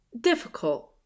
difficult